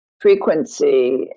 frequency